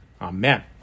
Amen